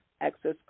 Access